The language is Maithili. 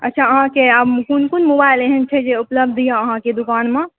अच्छा अहाँकेँ कोन कोन मोबाइल एहन छै जे उपलब्ध यऽ अहाँकेँ दोकानमे